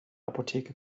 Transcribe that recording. apotheke